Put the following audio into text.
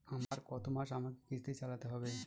আর কতমাস আমাকে কিস্তি চালাতে হবে?